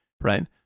right